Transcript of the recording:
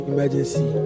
Emergency